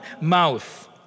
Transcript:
mouth